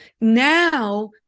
Now